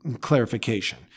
clarification